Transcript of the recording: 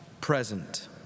present